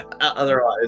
otherwise